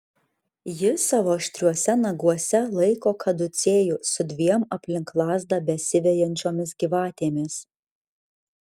ji savo aštriuose naguose laiko kaducėjų su dviem aplink lazdą besivejančiomis gyvatėmis